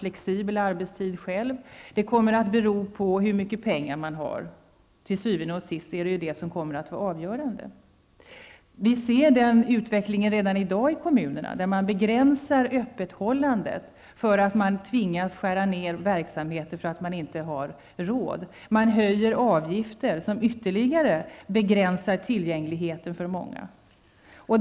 Till syvende och sist kommer det avgörande att vara hur mycket pengar man har. Vi ser den utvecklingen redan i dag i kommunerna, där man begränsar öppethållandet och tvingas skära ned verksamheter därför att man inte har råd och där man höjer avgifter, vilket ytterligare begränsar tillgängligheten för många.